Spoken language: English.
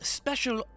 special